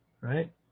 Right